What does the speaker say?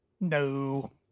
No